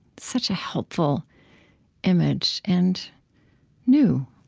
such a helpful image, and new